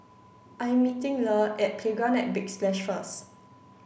I'm meeting Le at Playground at Big Splash first